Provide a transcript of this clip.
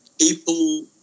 people